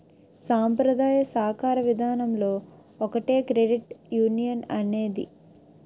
సాంప్రదాయ సాకార విధానంలో ఒకటే క్రెడిట్ యునియన్ అనేది